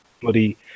bloody